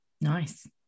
nice